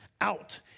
out